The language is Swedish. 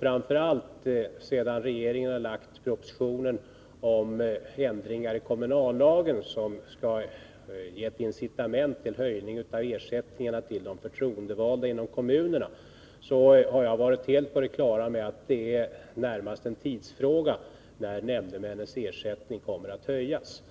Framför allt sedan regeringen lade fram propositionen om ändringar i kommunallagen, som skall utgöra ett incitament till. höjning av ersättningarna till de förtroendevalda inom kommunerna, har jag varit helt på det klara med att det närmast är en tidsfråga när nämndemännens ersättning kommer att höjas.